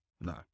No